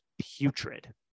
putrid